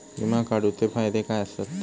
विमा काढूचे फायदे काय आसत?